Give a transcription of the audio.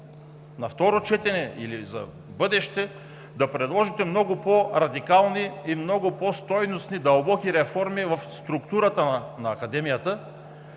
на второ четене или за в бъдеще да предложите много по-радикални и много по-стойностни, дълбоки реформи в структурата на Академията.